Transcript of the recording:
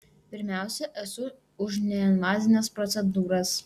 pirmiausia esu už neinvazines procedūras